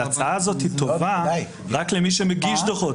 ההצעה הזאת היא טובה רק למי שמגיש דו"חות,